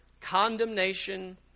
condemnation